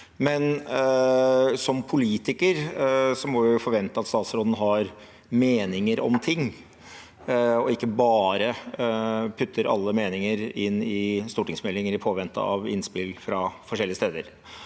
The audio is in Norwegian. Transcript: men vi må forvente at statsråden har meninger om ting som politiker, og ikke bare putter alle meninger inn i stortingsmeldinger i påvente av innspill fra forskjellige steder.